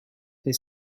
they